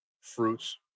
fruits